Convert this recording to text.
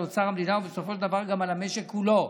על אוצר המדינה ובסופו של דבר גם על המשק כולו.